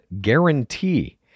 guarantee